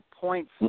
points